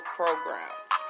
programs